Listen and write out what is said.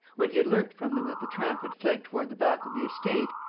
when he had learnt from them that the tramp had fled toward the back of the estate,